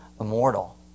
immortal